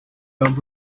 humble